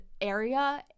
area